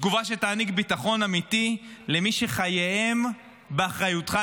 תגובה שתעניק ביטחון אמיתי למי שחייהם באחריותך,